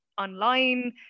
online